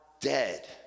dead